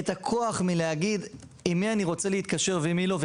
את הכוח מלהגיד עם מי אני רוצה להתקשר ועם מי לא,